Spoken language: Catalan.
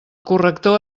corrector